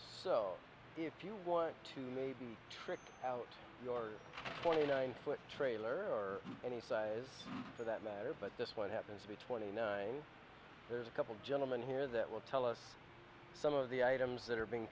so if you want to be tricked out your twenty nine foot trailer or any size for that matter but this one happens to be twenty nine there's a couple of gentlemen here that will tell us some of the items that are being